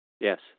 Yes